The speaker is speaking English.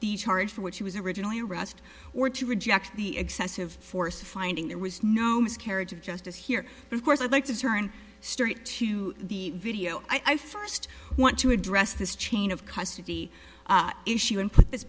the charge for which he was originally arrest or to reject the excessive force finding there was no miscarriage of justice here of course i'd like to turn straight to the video i first want to address this chain of custody issue and put this